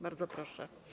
Bardzo proszę.